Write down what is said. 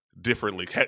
differently